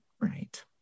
Right